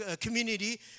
community